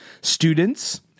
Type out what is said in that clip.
students